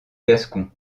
gascon